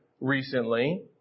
recently